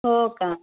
हो का